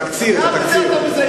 את התקציר, את התקציר.